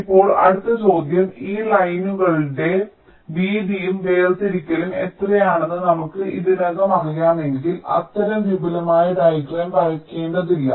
ഇപ്പോൾ അടുത്ത ചോദ്യം ഈ ലൈനുകളുടെ വീതിയും വേർതിരിക്കലും എത്രയാണെന്ന് നമുക്ക് ഇതിനകം അറിയാമെങ്കിൽ അത്തരം വിപുലമായ ഡയഗ്രം വരയ്ക്കേണ്ടതില്ല